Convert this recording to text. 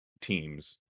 teams